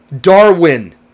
Darwin